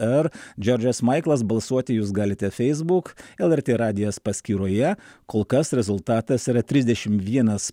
ar džordžas maiklas balsuoti jūs galite facebook lrt radijas paskyroje kol kas rezultatas yra trisdešimt vienas